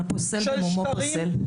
הפוסל במומו פוסל.